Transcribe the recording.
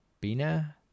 Bina